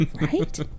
Right